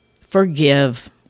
forgive